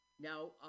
Now